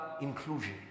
inclusion